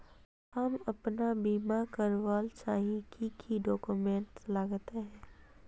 हम अपन बीमा करावेल चाहिए की की डक्यूमेंट्स लगते है?